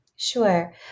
Sure